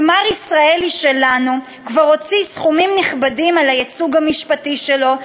ומר ישראלי שלנו כבר הוציא סכומים נכבדים על הייצוג המשפטי שלו,